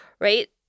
right